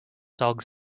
dogs